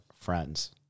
friends